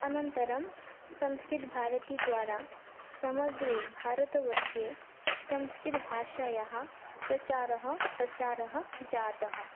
अनन्तरं संस्कृतभारतीद्वारा समग्रे भारतवर्षे संस्कृतभाषायाः प्रचारः प्रसारः जातः